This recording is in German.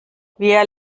wir